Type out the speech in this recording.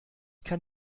kann